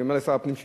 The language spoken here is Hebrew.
אני אומר לשר הפנים,